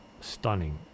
Stunning